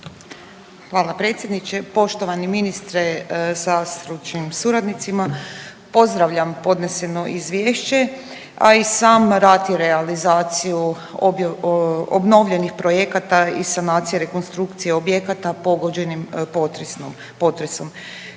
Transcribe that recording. Hvala predsjedniče, poštovani ministre sa stručnim suradnicima pozdravljam podneseno izvješće, a i sam rad i realizaciju obnovljenih projekata i sanacije rekonstrukcije objekata pogođenih potresom.